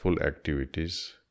activities